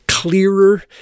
Clearer